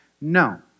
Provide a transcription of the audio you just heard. No